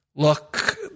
look